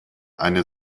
eine